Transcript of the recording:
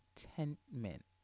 contentment